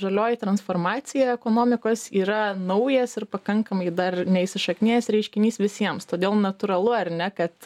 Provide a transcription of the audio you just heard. žalioji transformacija ekonomikos yra naujas ir pakankamai dar neįsišaknijęs reiškinys visiems todėl natūralu ar ne kad